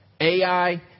Ai